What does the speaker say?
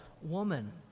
woman